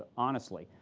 honestly,